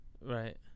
Right